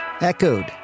echoed